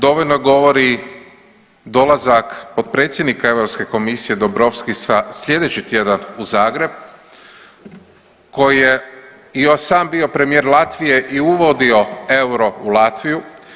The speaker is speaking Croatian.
Dovoljno govori dolazak potpredsjednika Europske komisije Dobrovski sa slijedeći tjedan u Zagreb koji je on sam bio premijer Latvije i uvodio euro u Latviju.